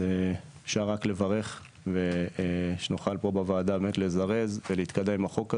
אפשר רק לברך ושנוכל פה בעבודה לזרז ולהתקדם עם החוק הזה.